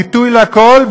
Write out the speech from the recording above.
ביטוי לכול,